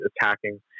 attacking